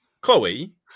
Chloe